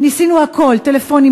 ניסינו הכול: טלפונים,